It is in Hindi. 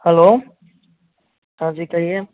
हलो हाँ जी कहिए